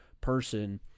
person